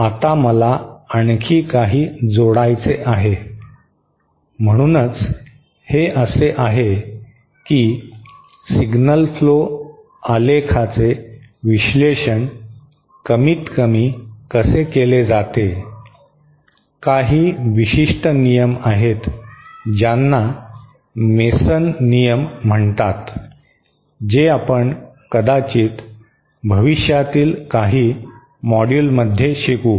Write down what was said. आता मला आणखी काही जोडायचे आहे म्हणूनच हे असे आहे की सिग्नल फ्लो आलेखाचे विश्लेषण कमीतकमी कसे केले जाते काही विशिष्ट नियम आहेत ज्यांना मेसन नियम म्हणतात जे आपण कदाचित भविष्यातील काही मॉड्यूलमध्ये शिकू